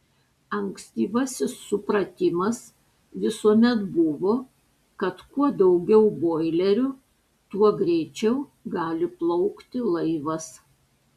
ankstyvasis supratimas visuomet buvo kad kuo daugiau boilerių tuo greičiau gali plaukti laivas